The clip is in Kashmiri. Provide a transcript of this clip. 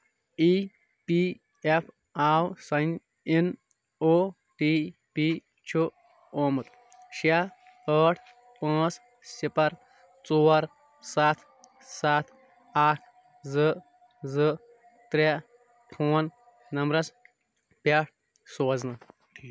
E P F O sign in O T P چھُ آمُت شیٚے ٲٹھ پانٛژھ صِفر ژور سَتھ سَتھ اکھ زٕ زٕ ترے فون نمبرَس پٮ۪ٹھ سوزنہٕ